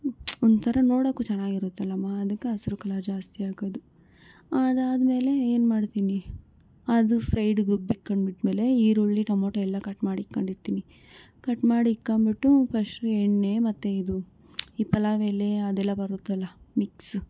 ಒಂಥರ ನೋಡೋಕ್ಕೂ ಚೆನ್ನಾಗಿರುತ್ತಲ್ಲಮ್ಮ ಅದಕ್ಕೆ ಹಸ್ರು ಕಲರ್ ಜಾಸ್ತಿ ಹಾಕೋದು ಅದಾದಮೇಲೆ ಏನು ಮಾಡ್ತೀನಿ ಅದು ಸೈಡಿಗೆ ರುಬ್ಬಿಟ್ಕೊಂಡಿಟ್ಮೇಲೆ ಈರುಳ್ಳಿ ಟೊಮಾಟೋ ಎಲ್ಲ ಕಟ್ ಮಾಡಿ ಇಕ್ಕಂಡಿರ್ತೀವಿ ಕಟ್ ಮಾಡಿ ಇಕ್ಕಂಬಿಟ್ಟು ಫಸ್ಟು ಎಣ್ಣೆ ಮತ್ತೆ ಇದು ಈ ಪಲಾವು ಎಲೆ ಅದೆಲ್ಲ ಬರುತ್ತೆಲ್ಲ ಮಿಕ್ಸು